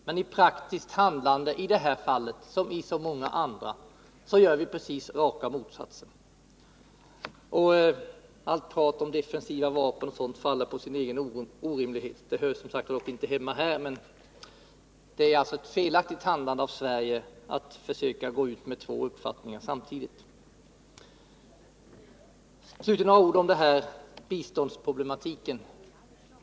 Men i praktiskt handlande — i det här fallet som i så många andra — gör vi precis raka motsatsen. Allt prat om defensiva vapen o. d. faller på sin egen orimlighet. Detta hör som sagt inte hemma här, men det är alltså ett felaktigt handlande av Sverige att försöka gå ut med två uppfattningar samtidigt. Slutligen några ord om biståndsproblematiken.